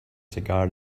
cigar